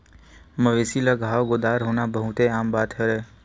मवेशी ल घांव गोदर होना बहुते आम बात हरय